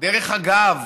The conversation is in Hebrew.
דרך הגב,